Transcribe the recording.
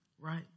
right